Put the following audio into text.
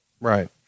Right